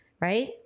right